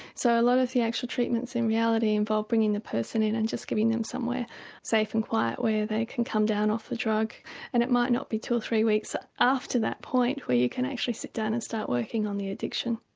so a lot of the actual treatments in reality involve bringing the person in and just giving them somewhere safe and quiet where they can come down off the drug and it might not be until three weeks ah after that point where you can actually sit down and start working on the addiction.